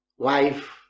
wife